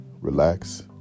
relax